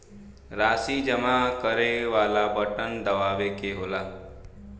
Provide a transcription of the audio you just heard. राशी जमा करे वाला बटन दबावे क होला